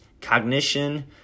cognition